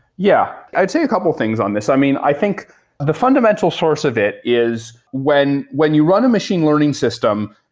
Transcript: yeah. i would say a couple things on this. i mean, i think the fundamental source of it is when when you run a machine learning system,